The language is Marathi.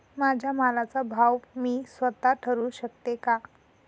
माझ्या मालाचा भाव मी स्वत: ठरवू शकते का?